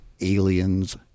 aliens